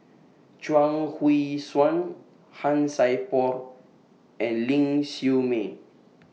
Chuang Hui Tsuan Han Sai Por and Ling Siew May